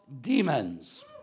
demons